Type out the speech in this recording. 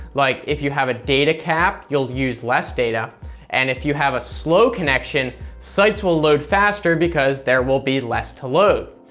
like if you have a data cap, you'll use less, and if you have a slow connection, sites will load faster because there will be less to load.